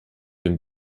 dem